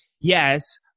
yes